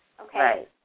okay